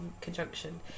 conjunction